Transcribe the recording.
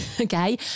okay